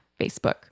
Facebook